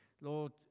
Lord